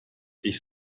ich